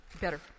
Better